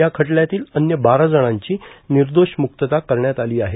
या खटल्यातील अन्य बारा जणांची निर्दोष मुक्तता करण्यात आली आहे